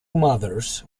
mothers